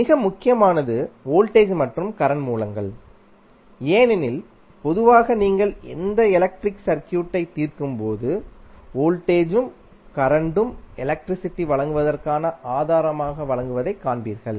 மிக முக்கியமானது வோல்டேஜ் மற்றும் கரண்ட் மூலங்கள் ஏனெனில் பொதுவாக நீங்கள் எந்த எலக்ட்ரிக் சர்க்யூட்டைத் தீர்க்கும்போது வோல்டேஜும் கரண்ட்டும் எலக்ட்ரிசிட்டி வழங்குவதற்கான ஆதாரமாக வழங்கப்படுவதைக் காண்பீர்கள்